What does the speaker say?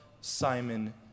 Simon